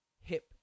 hip